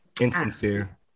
insincere